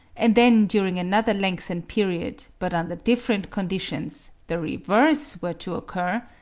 and then during another lengthened period, but under different conditions, the reverse were to occur,